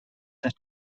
that